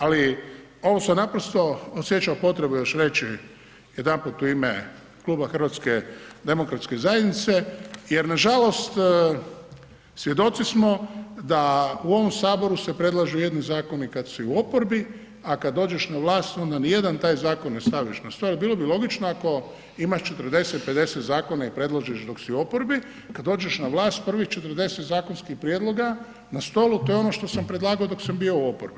Ali, ovo sam naprosto osjećao potrebu još reći jedanput u ime Kluba HDZ-a jer nažalost svjedoci smo da u ovom Saboru se predlažu jedni zakoni kad si u oporbi, a kad dođeš na vlast onda nijedan taj zakon ne staviš na stol, bilo bi logično, ako imaš 40, 50 zakona i predložiš dok si u oporbi, kad dođeš na vlast, prvih 40 zakonskih prijedloga na stolu, to je ono što sam predlagao dok sam bio u oporbi.